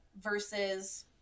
versus